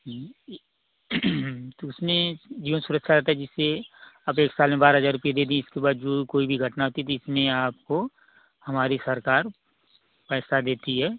उसमें जीवन सुरक्षा होता है जिससे आप एक साल में बारह हजार रुपये दे दिए उसके बाद कोई भी घटना होती है इसमें आपको हमारी सरकार पैसा देती है